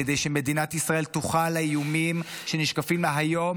כדי שמדינת ישראל תוכל לאיומים שנשקפים לה היום,